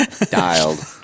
dialed